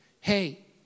Hey